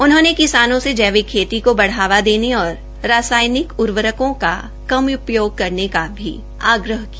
उन्होंने इस किसानों से जैविक खेती को बढ़ावा देने और रसायनिक उर्वरकों का कम उपयोग करने का आहवान किया